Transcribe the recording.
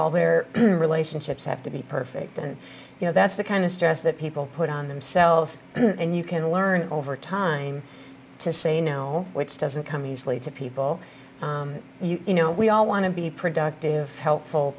all their relationships have to be perfect and you know that's the kind of stress that people put on themselves and you can learn over time to say no which doesn't come easily to people you know we all want to be productive helpful